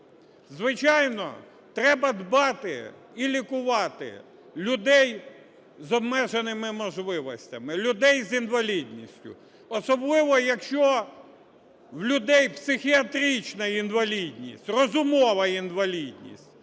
Звичайно, треба дбати і лікувати людей з обмеженими можливостями, людей з інвалідністю, особливо якщо в людей психіатрична інвалідність, розумова інвалідність.